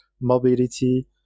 mobility